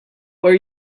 where